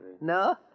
No